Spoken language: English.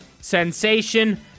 sensation